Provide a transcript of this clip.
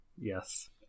Yes